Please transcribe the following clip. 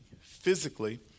physically